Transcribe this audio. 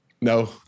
No